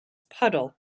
puddle